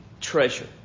Treasure